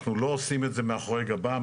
אנחנו לא עושים את זה מאחורי גבם,